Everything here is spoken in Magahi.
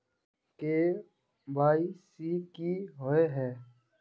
के.वाई.सी की हिये है?